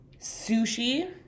sushi